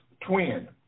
twin